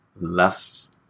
less